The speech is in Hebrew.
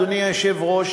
אדוני היושב-ראש,